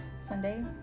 Sunday